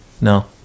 No